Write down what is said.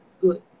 good